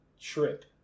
Trip